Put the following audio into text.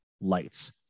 lights